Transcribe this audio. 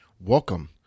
welcome